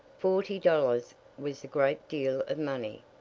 forty dollars was a great deal of money.